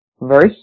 Verse